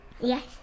Yes